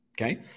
Okay